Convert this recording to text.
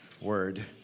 word